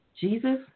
Jesus